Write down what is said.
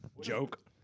Joke